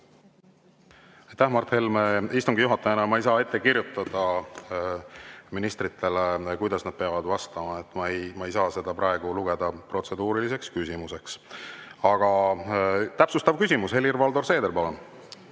Mart Helme! Istungi juhatajana ma ei saa ministritele ette kirjutada, kuidas nad peavad vastama. Ma ei saa seda praegu lugeda protseduuriliseks küsimuseks. Aga täpsustav küsimus, Helir-Valdor Seeder, palun!